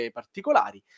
particolari